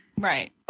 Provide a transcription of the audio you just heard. Right